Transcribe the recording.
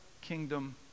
kingdom